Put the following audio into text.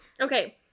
Okay